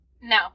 No